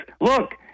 look